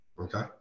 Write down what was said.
Okay